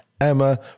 Emma